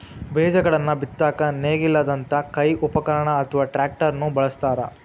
ಬೇಜಗಳನ್ನ ಬಿತ್ತಾಕ ನೇಗಿಲದಂತ ಕೈ ಉಪಕರಣ ಅತ್ವಾ ಟ್ರ್ಯಾಕ್ಟರ್ ನು ಬಳಸ್ತಾರ